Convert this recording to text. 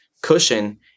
cushion